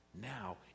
now